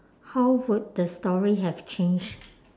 how would the story have changed